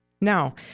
Now